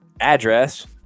address